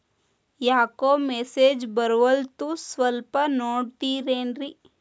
ಯಾಕೊ ಮೆಸೇಜ್ ಬರ್ವಲ್ತು ಸ್ವಲ್ಪ ನೋಡ್ತಿರೇನ್ರಿ?